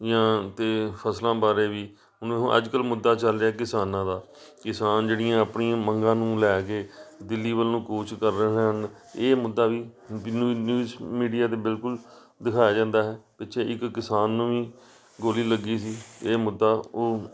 ਜਾਂ ਤਾਂ ਫਸਲਾਂ ਬਾਰੇ ਵੀ ਹੁਣ ਉਹ ਅੱਜ ਕੱਲ੍ਹ ਮੁੱਦਾ ਚੱਲ ਰਿਹਾ ਕਿਸਾਨਾਂ ਦਾ ਕਿਸਾਨ ਜਿਹੜੀਆਂ ਆਪਣੀਆਂ ਮੰਗਾਂ ਨੂੰ ਲੈ ਕੇ ਦਿੱਲੀ ਵੱਲ ਨੂੰ ਕੂਚ ਕਰ ਰਹੇ ਹਨ ਇਹ ਮੁੱਦਾ ਵੀ ਨਿਊਜ਼ ਨਿਊਜ਼ ਮੀਡੀਆ 'ਤੇ ਬਿਲਕੁਲ ਦਿਖਾਇਆ ਜਾਂਦਾ ਹੈ ਪਿੱਛੇ ਇੱਕ ਕਿਸਾਨ ਨੂੰ ਵੀ ਗੋਲੀ ਲੱਗੀ ਸੀ ਇਹ ਮੁੱਦਾ ਉਹ